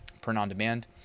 print-on-demand